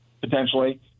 Potentially